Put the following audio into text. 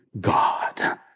God